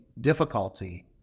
difficulty